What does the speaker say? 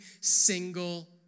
single